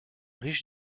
riche